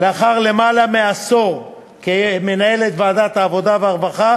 לאחר למעלה מעשור כמנהלת ועדת העבודה והרווחה